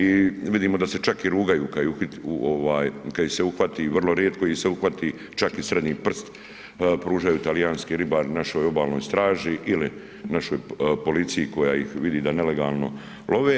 I vidimo da se čak i rugaju kada ih se uhvati, vrlo ih se rijetko uhvati, čak i srednji prst pružaju talijanski ribari našoj obalnoj straži ili našoj policiji koja ih vidi da nelegalno love.